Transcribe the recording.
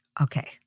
Okay